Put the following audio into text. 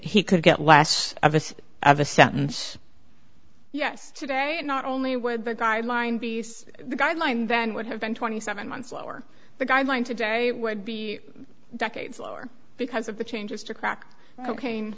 he could get less of a sort of a sentence yesterday and not only would the guideline be the guidelines then would have been twenty seven months lower the guidelines today would be decades lower because of the changes to crack cocaine